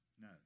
No